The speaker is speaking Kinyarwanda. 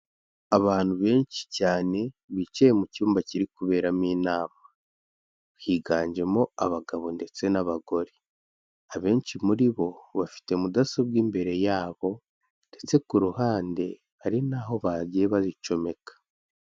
Abantu benshi cyane bicaye mu cyumba kiri kuberamo inama, higanjemo abagabo ndetse n'abagore, abenshi muri bo bafite mudasobwa imbere yabo, ndetse ku ruhande hari naho bagiye bazicomeka.